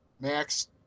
MAX